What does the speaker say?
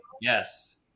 Yes